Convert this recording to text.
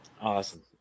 Awesome